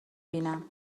بینم